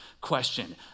question